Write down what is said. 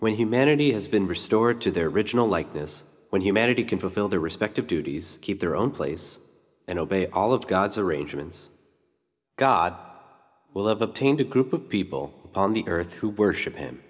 when humanity has been restored to their original likeness when humanity can fulfill their respective duties keep their own place and obey all of god's arrangements god will have obtained a group of people on the earth who worship him